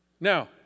Now